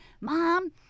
mom